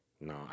No